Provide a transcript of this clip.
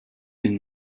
been